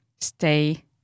stay